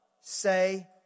say